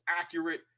accurate